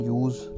use